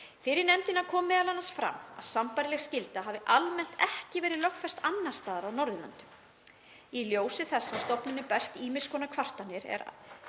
Fyrir nefndinni kom m.a. fram að sambærileg skylda hafi almennt ekki verið lögfest annars staðar á Norðurlöndunum. Í ljósi þess að stofnuninni berast ýmiss konar kvartanir er